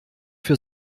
für